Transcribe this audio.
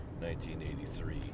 1983